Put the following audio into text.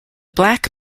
black